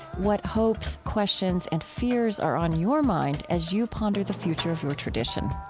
what hopes questions and fears are on your mind as you ponder the future of your tradition?